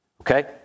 Okay